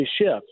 shift